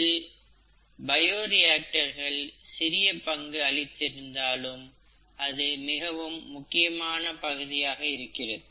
இதில் பயோரியாக்டர்கள் சிறிய பங்கு அளித்தாலும் அது மிகவும் முக்கிய பகுதியாக இருக்கிறது